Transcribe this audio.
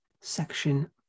Section